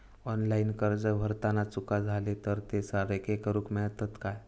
Online अर्ज भरताना चुका जाले तर ते सारके करुक मेळतत काय?